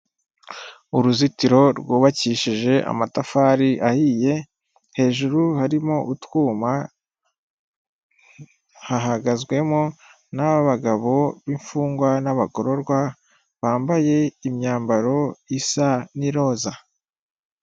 Uruzitiro rwubakishije amatafari ahiye hejuru harimo utwuma hahagazwemo n'abagabo b'imfungwa n'abagororwa bambaye imyambaro isa n'iroza.